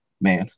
man